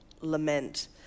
lament